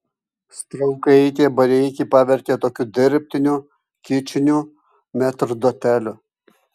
straukaitė bareikį pavertė tokiu dirbtiniu kičiniu metrdoteliu